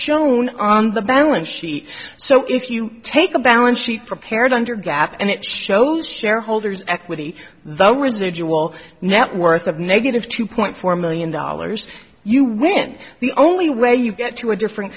shown on the balance sheet so if you take a balanced prepared under gap and it shows shareholders equity the residual net worth of negative two point four million dollars you win the only way you get to a different